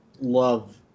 love